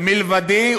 מלבדי,